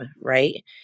right